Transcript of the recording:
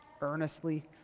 earnestly